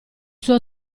suo